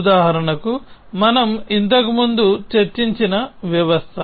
ఉదాహరణకు మనము ఇంతకుముందు చర్చించిన వ్యవస్థ